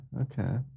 okay